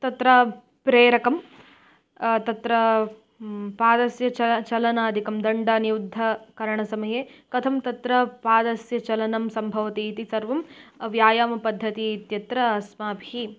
तत्र प्रेरकं तत्र पादस्य चलनं चलनादिकं दण्डनियुद्धकरणसमये कथं तत्र पादस्य चलनं सम्भवति इति सर्वं व्यायामपद्धतिः इत्यत्र अस्माभिः